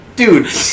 dude